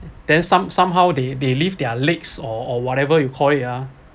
then some somehow they they leave their legs or whatever you call it ah